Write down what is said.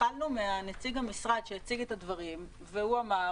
התחלנו מנציג המשרד שהציג את הדברים והוא אמר